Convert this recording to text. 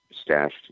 stashed